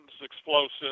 explosives